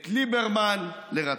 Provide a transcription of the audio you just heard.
/ את ליברמן לרצות.